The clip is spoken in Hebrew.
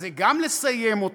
אז זה גם לסיים אותה,